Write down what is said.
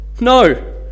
No